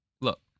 Look